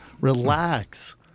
Relax